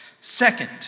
Second